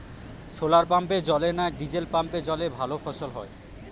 শোলার পাম্পের জলে না ডিজেল পাম্পের জলে ভালো ফসল হয়?